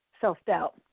self-doubt